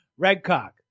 Redcock